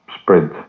spread